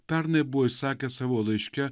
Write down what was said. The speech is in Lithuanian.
pernai buvo išsakę savo laiške